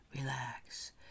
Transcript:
relax